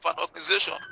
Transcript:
organization